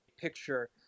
picture